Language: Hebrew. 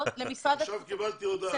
עכשיו קיבלתי את ההודעה.